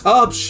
up